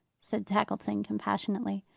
said tackleton compassionately.